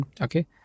okay